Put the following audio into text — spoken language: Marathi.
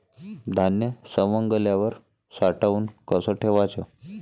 धान्य सवंगल्यावर साठवून कस ठेवाच?